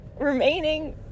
remaining